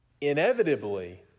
inevitably